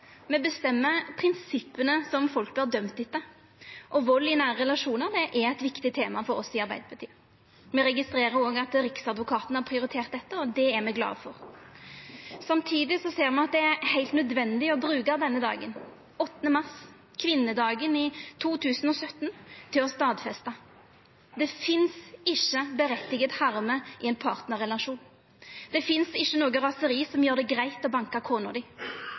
me bestemmer prinsippa som folk vert dømde etter. Vald i nære relasjonar er eit viktig tema for oss i Arbeidarpartiet. Me registrerer òg at riksadvokaten har prioritert dette, og det er me glade for. Samtidig ser me at det er heilt nødvendig å bruka denne dagen – 8. mars, kvinnedagen, i 2017 – til å stadfesta: Det finst ikkje «berettiget harme» i ein partnarrelasjon. Det finst ikkje noko raseri som gjer det greitt å banka